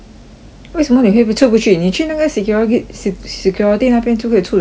为什么你会不出不去你去那个 security se~ security 那边就可以出了 liao 了 mah